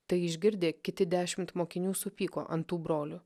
tai išgirdę kiti dešimt mokinių supyko ant tų brolių